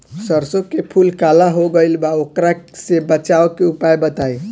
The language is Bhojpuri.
सरसों के फूल काला हो गएल बा वोकरा से बचाव के उपाय बताई?